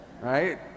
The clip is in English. Right